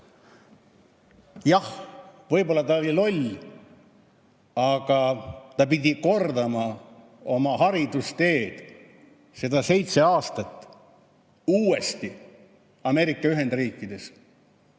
Jah, võib‑olla ta oli loll, aga ta pidi kordama oma haridusteed, seda seitse aastat uuesti Ameerika Ühendriikides.